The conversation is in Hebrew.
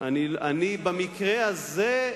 במקרה הזה,